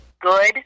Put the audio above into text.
good